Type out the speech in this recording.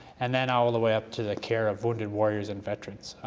and then all the way up to the care of wounded warriors and veterans.